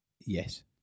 Yes